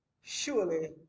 Surely